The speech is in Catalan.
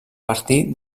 partir